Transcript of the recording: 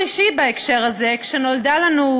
ברגע שזה יחולק, זה יקרה.